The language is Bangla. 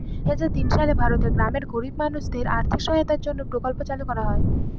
দুই হাজার তিন সালে ভারতের গ্রামের গরিব মানুষদের আর্থিক সহায়তার জন্য প্রকল্প চালু করা হয়